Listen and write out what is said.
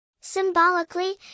Symbolically